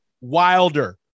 Wilder